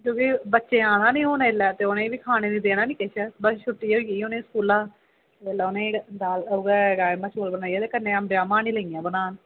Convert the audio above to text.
बच्चे आना नी हून ऐल्लै ते उनें बी खानै ई देना निं किश बस छुट्टी होई गेई स्कूला ते राजमांह् चौल ते कन्नै अम्बै दा माह्नी लग्गी आं बनान